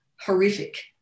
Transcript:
horrific